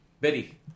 Betty